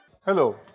Hello